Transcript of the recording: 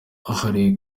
ahari